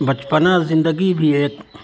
بچپنا زندگی بھی ایک